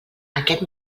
aquest